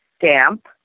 damp